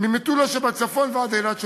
ממטולה שבצפון ועד אילת שבדרום.